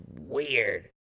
weird